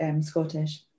Scottish